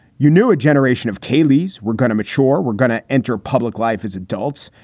you knew a generation of kaylee's. we're going to mature. we're going to enter public life as adults.